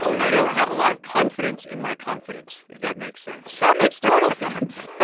i don't have a lot of confidence in my confidence, if that makes sense that makes total sense